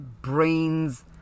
brain's